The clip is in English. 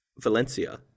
Valencia